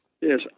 Yes